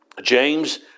James